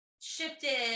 shifted